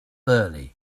early